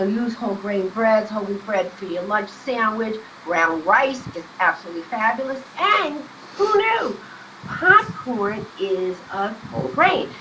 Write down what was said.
ah use whole grain breads, whole wheat bread for your lunch sandwich. brown rice is absolutely fabulous. and who knew popcorn is a whole grain.